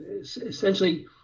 essentially